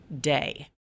day